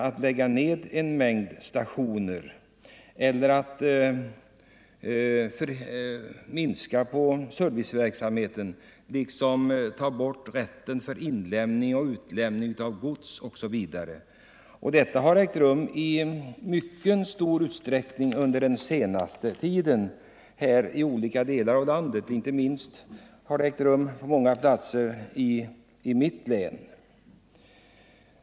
Att lägga ned en mängd stationer, att minska på serviceverksamheten, att ta bort rätten för inlämning och utlämning av gods osv. vill jag inte betrakta som någon rimlig service. Detta har förekommit i mycket stor utsträckning under den senaste tiden i olika delar av landet, inte minst på många platser i mitt län.